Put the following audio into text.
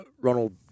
Ronald